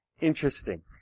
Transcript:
interesting